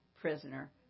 prisoner